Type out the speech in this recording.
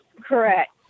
Correct